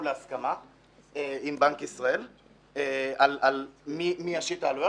להסכמה עם בנק ישראל על מי יושתו העלויות.